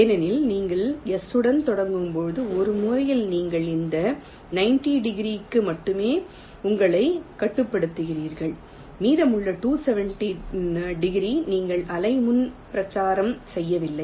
ஏனெனில் நீங்கள் S உடன் தொடங்கும் போது ஒரு மூலையில் நீங்கள் இந்த 90 டிகிரிக்கு மட்டுமே உங்களை கட்டுப்படுத்துகிறீர்கள் மீதமுள்ள 270 டிகிரி நீங்கள் அலை முன் பிரச்சாரம் செய்யவில்லை